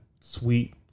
sweet